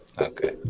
Okay